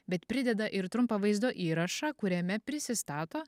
bet prideda ir trumpą vaizdo įrašą kuriame prisistato